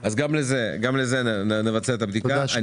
אז גם בעניין זה נערוך בדיקה.